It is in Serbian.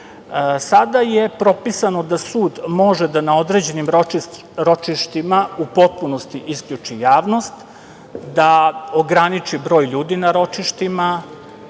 je propisano da sud može da na određenim ročištima u potpunosti isključi javnost, da ograniči broj ljudi na ročištima